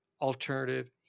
alternative